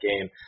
game